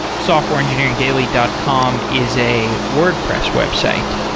softwareengineeringdaily dot com is a wordpress website.